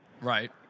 right